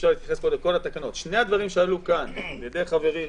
על-ידי חברי,